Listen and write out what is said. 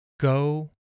Go